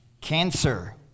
cancer